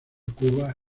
cuba